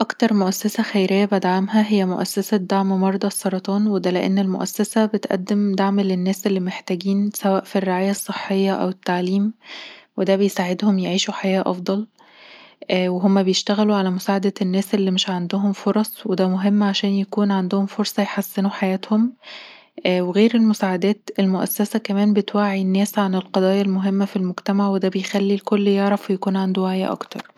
اكتر مؤسسة خيرية بدعمها هي مؤسسة دعم مرضى السرطان وده لأن المؤسسه بتقدم دعم للناس المحتاجين سواء في الرعاية الصحيه او التعليم وده بيساعدهم يعيشوا حياة افضل، وهما بيشتغلوا علي مساعدة الناس اللي مش عندهم فرص وده مهم عشان يكون عندهم فرصة يحسنوا حياتهم وغير المساعدات المؤسسه بتوعي الناس عن لقضايا المهمه في المجتمع وده بيخلي الكل يعرف ويكون عنده وعي اكتر